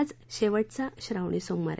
आज शेवटचा श्रावणी सोमवार